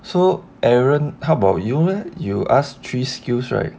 so aaron how about you leh you ask three skills right